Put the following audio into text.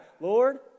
Lord